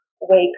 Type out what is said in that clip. wake